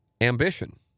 ambition